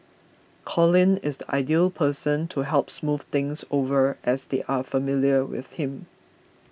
Colin is the ideal person to help smooth things over as they are familiar with him